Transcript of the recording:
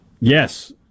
Yes